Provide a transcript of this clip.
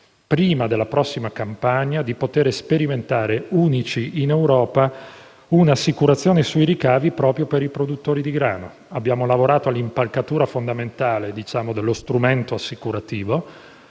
prima della prossima campagna, di poter sperimentare, unici in Europa, un'assicurazione sui ricavi proprio per i produttori di grano. Abbiamo lavorato all'impalcatura fondamentale dello strumento assicurativo